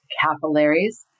capillaries